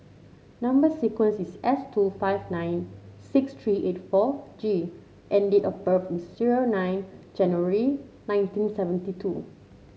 number sequence is S two five nine six three eight four G and date of birth is zero nine January nineteen seventy two